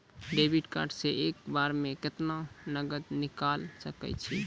Debit card से एक बार मे केतना नगद निकाल सके छी?